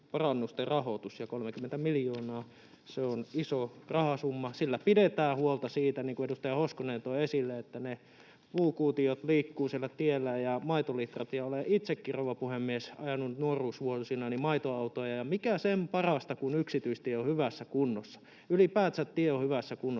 perusparannusten rahoituksen. Ja 30 miljoonaa on iso rahasumma. Sillä pidetään huolta siitä, niin kuin edustaja Hoskonen toi esille, että ne puukuutiot ja maitolitrat liikkuvat tiellä. Olen itsekin, rouva puhemies, ajanut nuoruusvuosinani maitoautoa, ja mikä sen parempaa kuin että yksityistie on hyvässä kunnossa, ylipäätänsä että tie on hyvässä kunnossa,